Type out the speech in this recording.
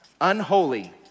unholy